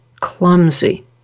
Clumsy